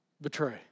betray